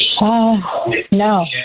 No